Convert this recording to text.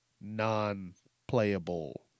Non-playable